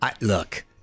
Look